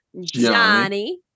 Johnny